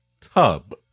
tub